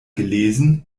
gelesen